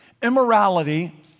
Immorality